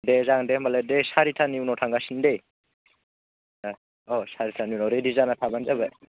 दे जागोन दे होमबालाय दे सारिथानि उनाव थांगासिनो दै अ औ सारिथानि उनाव रेदि जाना थाबानो जाबाय